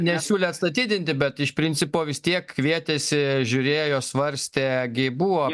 nesiūlė atstatydinti bet iš principo vis tiek kvietėsi žiūrėjo svarstė gi buvo